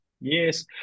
Yes